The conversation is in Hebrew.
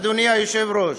אדוני היושב-ראש.